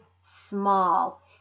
small